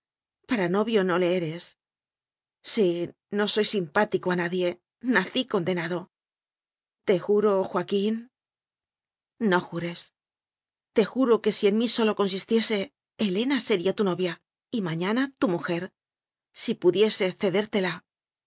para novio no le eres sí no soy simpático a nadie nací con denado te juro joaquín ú no jures te juro que si en mí sólo consistiese helena sería tu novia y mañana tu mujer si pudiese cedértela